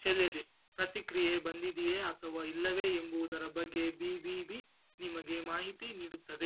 ಸರಿಯದೆ ಪ್ರತಿಕ್ರಿಯೆ ಬಂದಿದೆಯೇ ಅಥವಾ ಇಲ್ಲವೇ ಎಂಬುದರ ಬಗ್ಗೆ ಬಿ ಬಿ ಬಿ ನಿಮಗೆ ಮಾಹಿತಿ ನೀಡುತ್ತದೆ